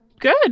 good